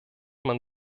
man